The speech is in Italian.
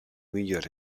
migliori